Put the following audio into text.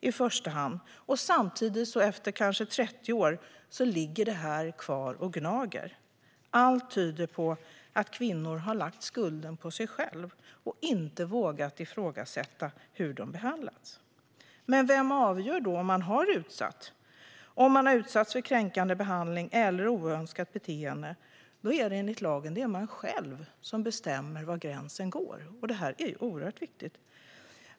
Men efter kanske 30 år ligger det här kvar och gnager. Allt tyder på att kvinnor har lagt skulden på sig själva och inte vågat ifrågasätta hur de behandlats. Vem avgör då om man har blivit utsatt? Om man har utsatts för kränkande behandling eller oönskat beteende är det enligt lagen man själv som bestämmer var gränsen går. Det här är oerhört viktigt.